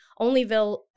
Onlyville